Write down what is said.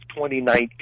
2019